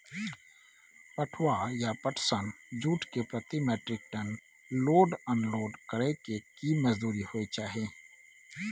पटुआ या पटसन, जूट के प्रति metric ton load unload करै के की मजदूरी होय चाही?